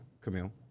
Camille